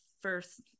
first